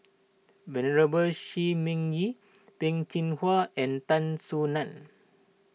Venerable Shi Ming Yi Peh Chin Hua and Tan Soo Nan